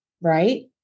right